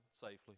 safely